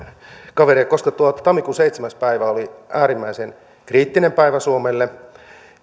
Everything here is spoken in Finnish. kaveria koska tammikuun seitsemäs päivä oli äärimmäisen kriittinen päivä suomelle